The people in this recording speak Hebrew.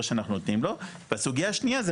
שאנחנו נותנים לו והסוגייה השנייה זה